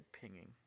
pinging